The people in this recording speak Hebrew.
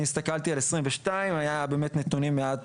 אני הסתכלתי על 2022. אגב,